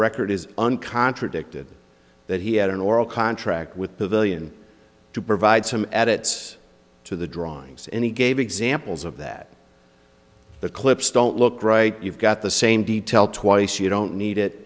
record is an contradicted that he had an oral contract with pavilion to provide some edits to the drawings and he gave examples of that the clips don't look right you've got the same detail twice you don't need it